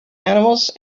animals